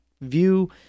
view